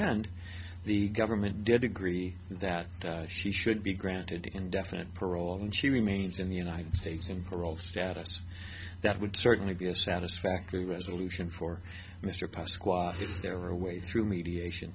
end the government did agree that she should be granted indefinite parole and she remains in the united states in her role status that would certainly be a satisfactory resolution for mr pasqual if there were a way through mediation